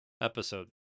episode